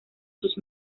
sus